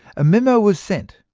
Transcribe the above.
a memo was sent,